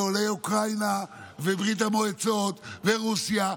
עולי אוקראינה וברית המועצות ורוסיה.